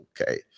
okay